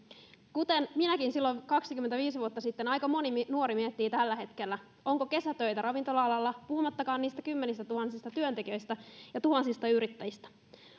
kuten minäkin silloin kaksikymmentäviisi vuotta sitten aika moni nuori miettii tällä hetkellä onko kesätöitä ravintola alalla puhumattakaan niistä kymmenistätuhansista työntekijöistä ja tuhansista yrittäjistä